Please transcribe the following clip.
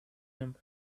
him